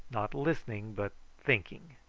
not listening but thinking.